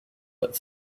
but